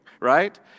right